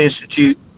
Institute